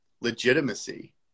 legitimacy